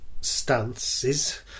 stances